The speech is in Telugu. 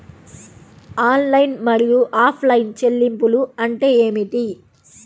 ఆన్లైన్ మరియు ఆఫ్లైన్ చెల్లింపులు అంటే ఏమిటి?